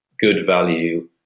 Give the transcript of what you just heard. good-value